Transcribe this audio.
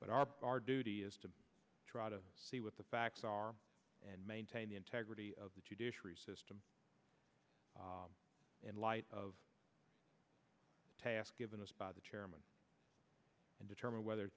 but our duty is to try to see what the facts are and maintain the integrity of the judiciary system in light of the task given us by the chairman and determine whether